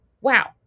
wow